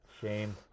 shame